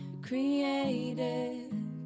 created